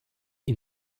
ihn